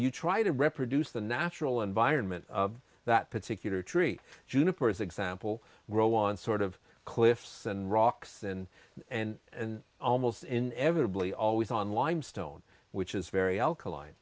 you try to represent the natural environment that particular tree juniper is example grow on sort of cliffs and rocks and and and almost inevitably always online stone which is very alkaline